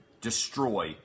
destroy